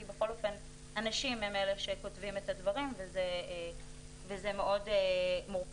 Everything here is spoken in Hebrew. כי בכל אופן אנשים הם אלה שכותבים את הדברים וזה מאוד מורכב.